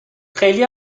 خیلی